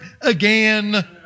again